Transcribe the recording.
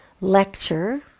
lecture